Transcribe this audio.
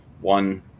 one